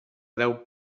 deu